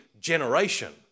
generation